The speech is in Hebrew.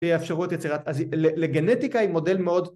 ‫שיאפשרו את יצירת... ‫אז לגנטיקה היא מודל מאוד...